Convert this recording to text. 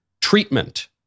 treatment